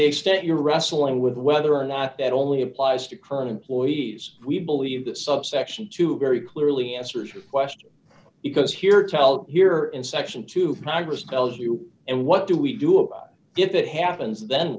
the extent you're wrestling with whether or not that only applies to current employees we believe the subsection to very clearly answers your question because here to help here in section two congress tells you and what do we do about if it happens then